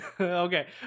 Okay